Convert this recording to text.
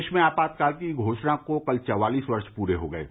देश में आपातकाल की घोषणा को कल चौवालिस वर्ष पूरे हो गए हैं